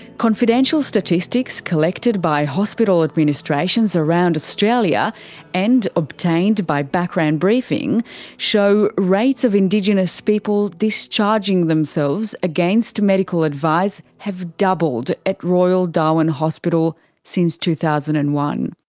confidential statistics collected by hospital administrations around australia and obtained by background briefing show rates of indigenous people discharging themselves against medical advice have doubled at royal darwin hospital since two thousand and one.